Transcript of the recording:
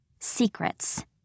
Secrets